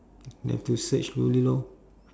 you have to search lor